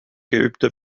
geübte